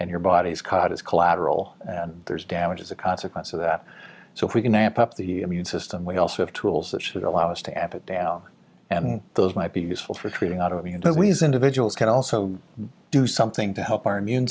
nd your body's caught as collateral and there's damage as a consequence of that so if we can amp up the immune system we also have tools that should allow us to have it down and those might be useful for treating auto immune disease individuals can also do something to help our immune